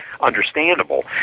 understandable